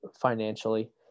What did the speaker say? financially